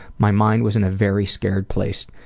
my mind was in a very scared place,